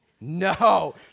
No